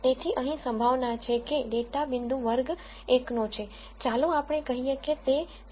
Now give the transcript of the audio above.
તેથી અહીં સંભાવના છે કે ડેટા બિંદુ વર્ગ 1 નો છે ચાલો આપણે કહીએ કે તે 0